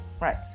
Right